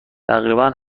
تقریبا